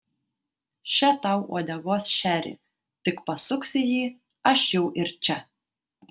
še tau uodegos šerį tik pasuksi jį aš jau ir čia